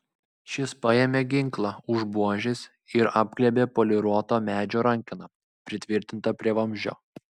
šis paėmė ginklą už buožės ir apglėbė poliruoto medžio rankeną pritvirtintą prie vamzdžio